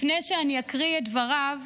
לפני שאני אקריא את דבריו,